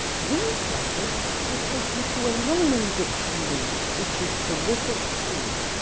these letters will take you to a longman dictionary which is terrific too.